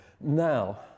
Now